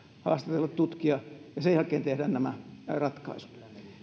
haastatella tutkia ja sen jälkeen tehdään nämä ratkaisut